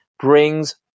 brings